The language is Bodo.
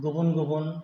गुबुन गुबुन